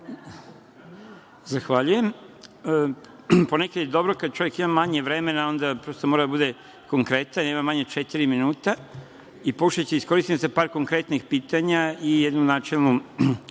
Zahvaljujem. Ponekad je dobro kada čovek ima manje vremena, onda mora da bude konkretan, imam manje od četiri minuta i pokušaću da iskoristim sa par konkretnih pitanja i jednu načelnu